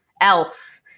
else